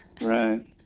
Right